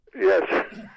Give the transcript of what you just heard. Yes